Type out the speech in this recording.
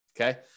okay